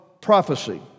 prophecy